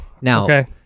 Now